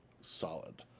solid